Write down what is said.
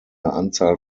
anzahl